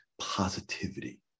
Positivity